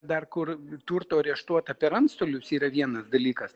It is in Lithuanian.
dar kur turto areštuota per antstolius yra vienas dalykas